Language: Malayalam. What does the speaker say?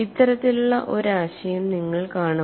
ഇത്തരത്തിലുള്ള ഒരു ആശയം നിങ്ങൾ കാണും